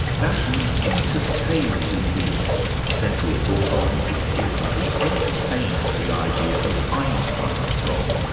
now he entertains in his central book on atheism, he entertains the idea of einstein's god.